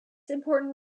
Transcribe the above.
important